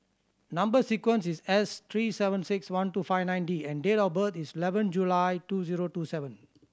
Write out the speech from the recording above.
number sequence is S three seven six one two five nine D and date of birth is eleven July two zero two seven